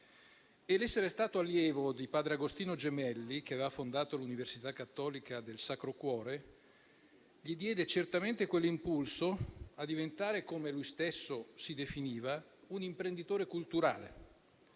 Essere stato allievo di padre Agostino Gemelli, che aveva fondato l'università Cattolica del Sacro Cuore, gli diede certamente quell'impulso a diventare, come lui stesso si definiva, un imprenditore culturale.